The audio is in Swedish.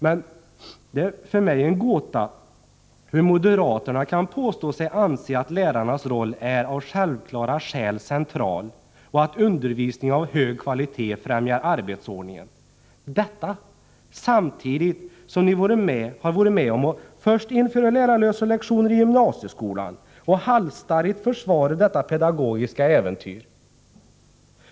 Men det är för mig en gåta hur moderaterna kan påstå sig anse att lärarnas roll av självklara skäl är central och att undervisning av hög kvalitet främjar arbetsordningen, samtidigt som ni först har varit med om att införa lärarlösa lektioner i gymnasieskolan och halsstarrigt försvarat detta pedagogiska äventyr.